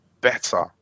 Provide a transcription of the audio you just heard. better